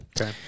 Okay